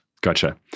Gotcha